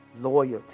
Loyalty